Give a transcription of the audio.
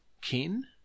kin